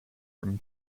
from